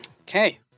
Okay